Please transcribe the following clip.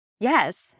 Yes